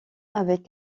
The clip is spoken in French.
avait